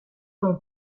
comme